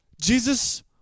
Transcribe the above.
Jesus